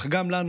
אך גם לנו,